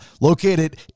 located